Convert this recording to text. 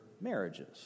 marriages